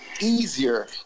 easier